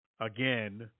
again